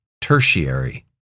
tertiary